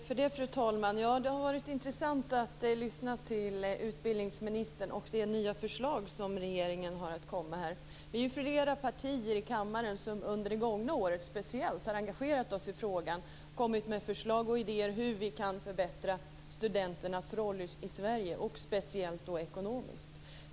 Fru talman! Det har varit intressant att lyssna till utbildningsministern angående regeringens nya förslag. Vi är flera partier i kammaren som under speciellt det gångna året har engagerat oss i frågan och kommit med förslag och idéer om hur vi kan förbättra studenternas roll i Sverige och då speciellt ekonomiskt.